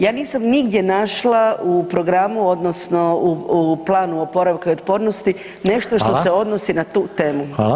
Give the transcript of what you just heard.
Ja nisam nigdje našla u programu odnosno u Planu oporavka i otpornosti nešto što se odnosi na tu temu.